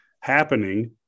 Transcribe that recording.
happening